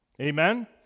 Amen